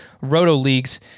Roto-leagues